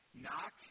Knock